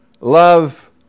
love